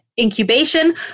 incubation